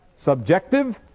subjective